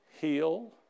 heal